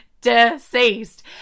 Deceased